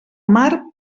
mar